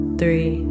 three